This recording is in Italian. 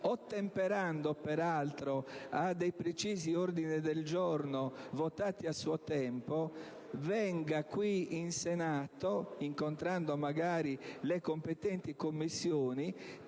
ottemperando peraltro a precisi ordini del giorno votati a suo tempo, venga qui in Senato, incontrando magari le competenti Commissioni,